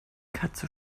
katze